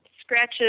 scratches